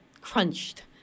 crunched